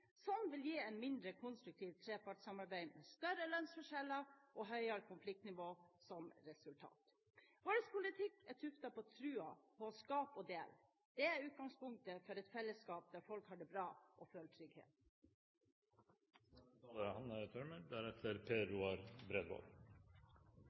som vil gi et mindre konstruktivt trepartssamarbeid, med større lønnsforskjeller og høyere konfliktnivå som resultat. Vår politikk er tuftet på troen på å skape og dele. Det er utgangspunktet for et fellesskap der folk har det bra og